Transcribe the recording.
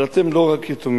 אבל אתם לא רק יתומים,